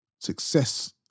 success